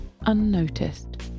unnoticed